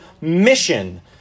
mission